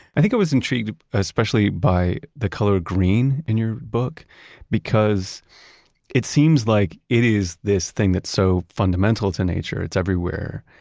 i think i was intrigued especially by the color green in your book because it seems like it is this thing that's so fundamental to nature. it's everywhere,